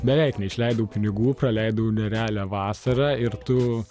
beveik neišleidau pinigų praleidau nerealią vasarą ir tu